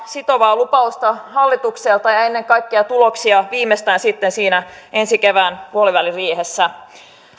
sitovaa lupausta hallitukselta ja ennen kaikkea tuloksia viimeistään sitten siinä ensi kevään puoliväliriihessä